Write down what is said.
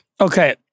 Okay